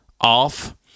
off